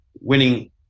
winning